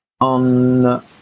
on